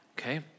okay